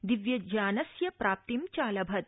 दिव्यज्ञानस्य प्राप्तिम् चालभत्